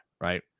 right